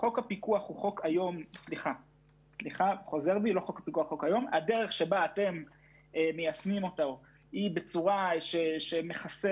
שהדרך שבה אנחנו מיישמים את חוק הפיקוח